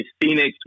Phoenix